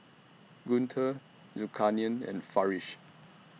Guntur Zulkarnain and Farish